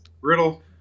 Riddle